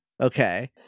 Okay